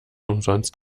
umsonst